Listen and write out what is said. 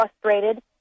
frustrated